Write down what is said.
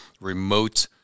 remote